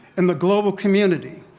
in the global community,